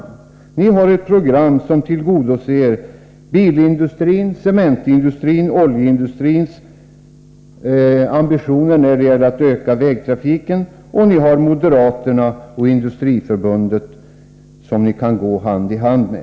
Jo, ni har ett program som tillgodoser bilindustrins, cementindustrins och oljeindustrins ambitioner när det gäller att öka vägtrafiken, och ni har moderaterna och Industriförbundet som ni kan gå hand i hand med.